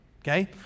Okay